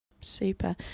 Super